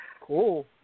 Cool